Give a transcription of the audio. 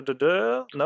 no